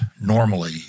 normally